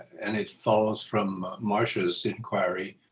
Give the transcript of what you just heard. and it follows from marsha's inquiry.